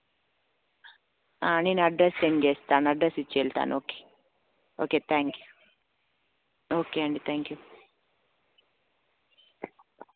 నేను address send చేస్తాను address ఇచ్చి వెళ్తాను okay okay thank you okay అండి త్యాంక్ యూ